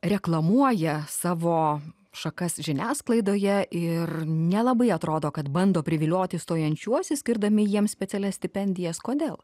reklamuoja savo šakas žiniasklaidoje ir nelabai atrodo kad bando privilioti stojančiuosius skirdami jiems specialias stipendijas kodėl